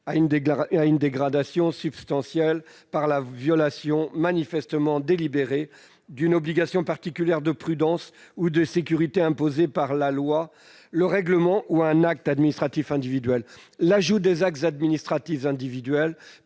à une dégradation substantielle par la violation manifestement délibérée d'une obligation particulière de prudence ou de sécurité imposée par la loi, le règlement ou un acte administratif individuel ». L'ajout des actes administratifs individuels